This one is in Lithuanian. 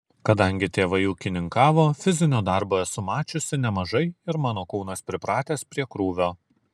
kadangi tėvai ūkininkavo fizinio darbo esu mačiusi nemažai ir mano kūnas pripratęs prie krūvio